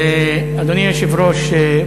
אדוני היושב-ראש,